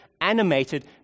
animated